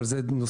אבל אלה נושאים,